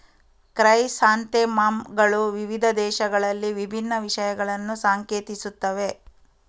chrysanthemum ಗಳು ವಿವಿಧ ದೇಶಗಳಲ್ಲಿ ವಿಭಿನ್ನ ವಿಷಯಗಳನ್ನು ಸಂಕೇತಿಸುತ್ತವೆ